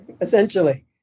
essentially